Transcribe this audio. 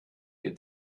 ihr